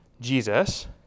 Jesus